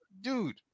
dude